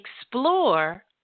explore